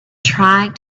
trying